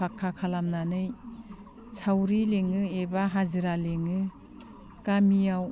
फाक्खा खालामनानै सावरि लेङो एबा हाजिरा लिङो गामियाव